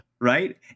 right